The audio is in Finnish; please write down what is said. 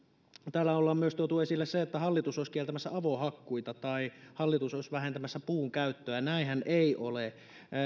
täällä ollaan myös tuotu esille se että hallitus olisi kieltämässä avohakkuita tai hallitus olisi vähentämässä puunkäyttöä niin näinhän ei ole